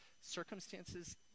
Circumstances